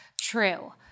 true